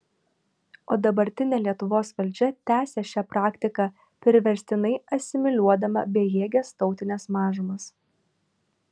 o dabartinė lietuvos valdžia tęsia šią praktiką priverstinai asimiliuodama bejėges tautines mažumas